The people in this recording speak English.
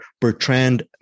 bertrand